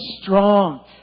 strong